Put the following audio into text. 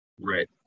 Right